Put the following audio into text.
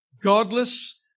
godless